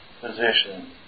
position